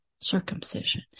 circumcision